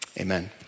Amen